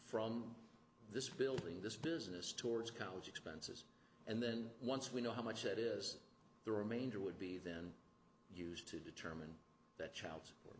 from this building this business towards college expenses and then once we know how much that is the remainder would be then used to determine that child